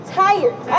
tired